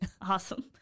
awesome